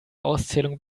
auszählung